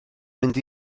mynd